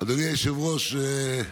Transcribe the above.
אדוני היושב-ראש,